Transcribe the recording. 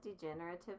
degenerative